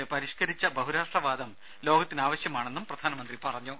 അതിനാൽ പരിഷ്കരിച്ച ജനക്ഷേമം ബഹുരാഷ്ട്രവാദം ലോകത്തിന് ആവശ്യമാണെന്നും പ്രധാനമന്ത്രി പറഞ്ഞു